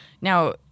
Now